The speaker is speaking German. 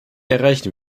erreichen